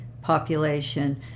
population